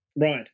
Right